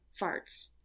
farts